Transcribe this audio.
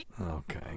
Okay